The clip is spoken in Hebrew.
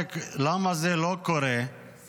השאלה היא למה זה לא קורה -- סנוואר